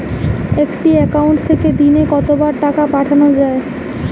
একটি একাউন্ট থেকে দিনে কতবার টাকা পাঠানো য়ায়?